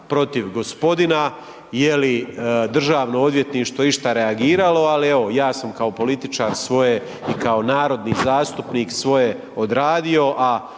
protiv gospodina, jeli DORH išta reagirao, ali evo ja sam kao političar svoje i kao narodni zastupnik svoje odradio,